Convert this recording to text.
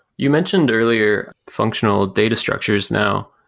you mentioned earlier functional data structures now.